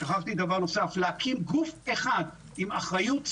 ושכחתי דבר נוסף להקים גוף אחד עם אחריות,